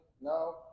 no